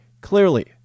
Clearly